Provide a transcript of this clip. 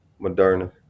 Moderna